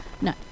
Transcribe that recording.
No